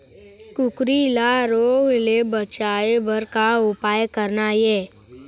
कुकरी ला रोग ले बचाए बर का उपाय करना ये?